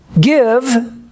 Give